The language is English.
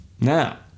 now